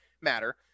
matter